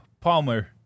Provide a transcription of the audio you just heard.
Palmer